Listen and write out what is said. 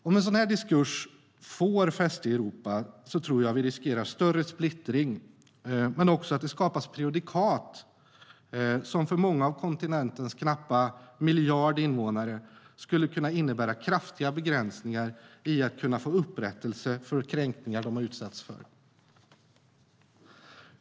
Om en sådan diskurs får fäste i Europa tror jag att vi riskerar större splittring och även att det skapas prejudikat som för många av kontinentens knappa miljard invånare skulle kunna innebära kraftiga begränsningar i möjligheten att få upprättelse för kränkningar de har utsatts för.